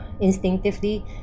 instinctively